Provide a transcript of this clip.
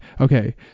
Okay